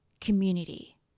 community